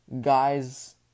guys